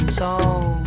song